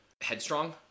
headstrong